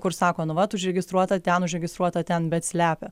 kur sako nu vat užregistruota ten užregistruota ten bet slepia